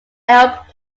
elk